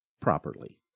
properly